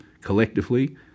collectively